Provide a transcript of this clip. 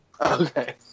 Okay